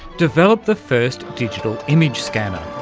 developed the first digital image scanner.